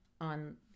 on